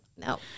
No